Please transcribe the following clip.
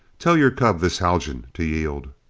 tell your cub, this haljan, to yield.